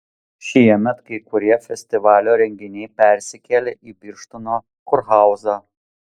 šiemet kai kurie festivalio renginiai persikėlė į birštono kurhauzą